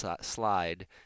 slide